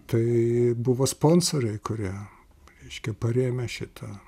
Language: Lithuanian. tai buvo sponsoriai kurie reiškia parėmę šitą